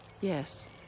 Yes